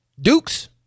Dukes